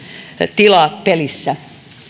tila pelissä